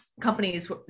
companies